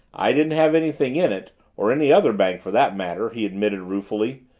i didn't have anything in it or any other bank for that matter, he admitted ruefully,